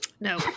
No